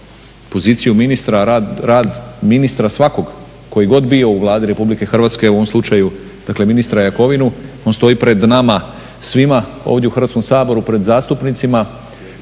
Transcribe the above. poziciju ministra, rad ministra svakog koji god bio u Vladi Republike Hrvatske, u ovom slučaju ministra Jakovinu, on stoji pred nama svima ovdje u Hrvatskom saboru, pred zastupnicima,